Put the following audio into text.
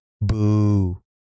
Boo